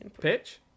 Pitch